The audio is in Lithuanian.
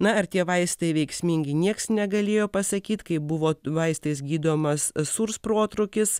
na ar tie vaistai veiksmingi nieks negalėjo pasakyt kai buvo vaistais gydomas sūrs protrūkis